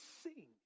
sing